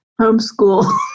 homeschool